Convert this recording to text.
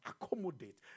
accommodate